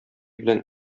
белән